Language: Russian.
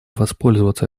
воспользоваться